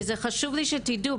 וזה חשוב לי שתדעו,